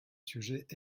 sujet